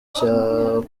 cyo